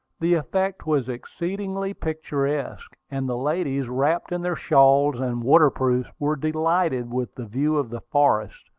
the effect was exceedingly picturesque and the ladies, wrapped in their shawls and water-proofs, were delighted with the view of the forest,